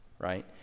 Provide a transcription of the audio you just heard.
right